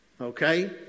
Okay